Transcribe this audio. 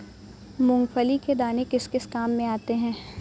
मूंगफली के दाने किस किस काम आते हैं?